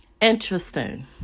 interesting